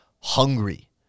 hungry